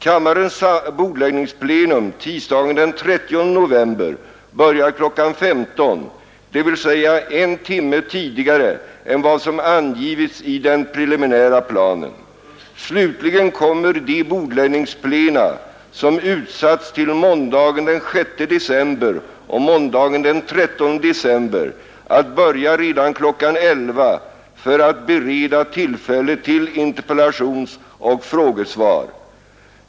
Kammarens bordläggningsplenum tisdagen den 30 november börjar kl. 15.00, dvs. en timme tidigare än vad som angivits i den preliminära planen. Slutligen kommer de bordläggningsplena, som utsatts till måndagen den 6 december och måndagen den 13 december, att börja redan kl. 11.00 för att bereda tillfälle till interpellationsoch frågesvar.